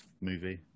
movie